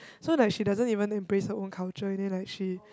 so like she doesn't even embrace her own culture and then like she